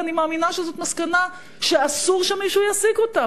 ואני מאמינה שזאת מסקנה שאסור שמישהו יסיק אותה.